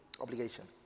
obligation